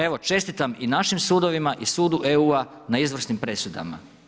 Evo čestitam i našim sudovima i sudu EU-a na izvrsnim presudama.